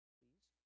please